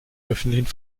öffentlichen